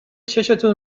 چشتون